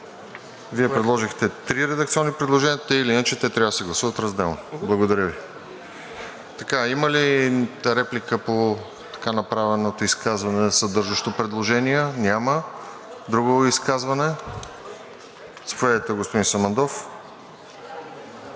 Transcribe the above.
Вие направихте три редакционни предложения, така или иначе те трябва да се гласуват разделно. Благодаря Ви. Има ли реплика по така направеното изказване, съдържащо предложения? Няма. Друго изказване? Заповядайте, господин Самандов.